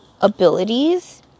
abilities